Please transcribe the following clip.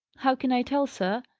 how can i tell, sir?